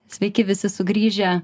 sveiki visi sugrįžę